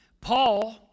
Paul